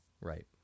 Right